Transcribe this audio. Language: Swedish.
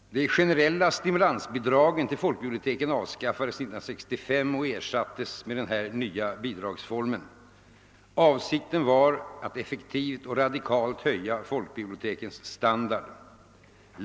De generella stimulansbidragen till folkbiblioteken avskaffades 1965 och ersattes med denna nya bidragsform. Avsikten är att effektivt och radikalt höja folkbibiliotekens standard.